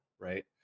right